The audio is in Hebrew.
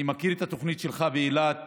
אני מכיר את התוכנית שלך באילת.